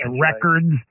records